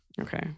Okay